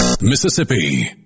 Mississippi